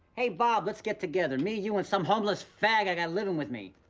hey bob, let's get together, me you, and some homeless fag i got living with me.